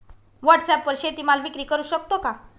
व्हॉटसॲपवर शेती माल विक्री करु शकतो का?